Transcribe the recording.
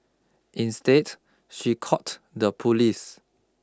instead she called the police